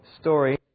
story